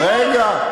רגע.